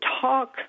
talk